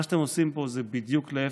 מה שאתם עושים פה זה בדיוק להפך.